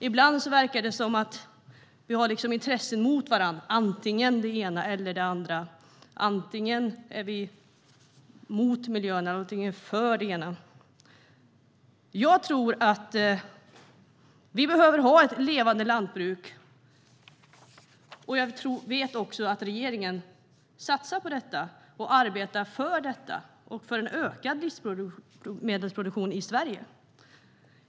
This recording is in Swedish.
Ibland verkar det som att intressen står mot varandra, att det är antingen det ena eller det andra som gäller. Antingen är vi för eller emot miljön. Vi behöver ha ett levande lantbruk, och jag vet att regeringen satsar på det och arbetar för det och en ökad livsmedelsproduktion i Sverige.